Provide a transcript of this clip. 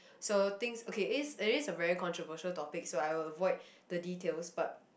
so things okay it is it is a very controversial topic so I will avoid the details but